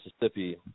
Mississippi